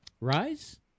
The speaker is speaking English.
Rise